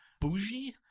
bougie